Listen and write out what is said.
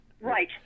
Right